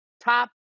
top